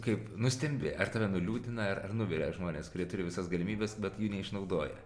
kaip nustembi ar tave nuliūdina ar ar nuvilia žmonės kurie turi visas galimybes bet jų neišnaudoja